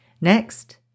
Next